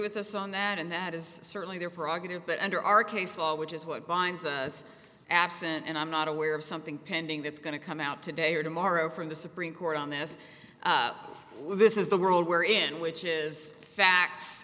with us on that and that is certainly their praga to it but under our case law which is what binds us absent and i'm not aware of something pending that's going to come out today or tomorrow from the supreme court on this this is the world where in which is facts